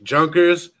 Junkers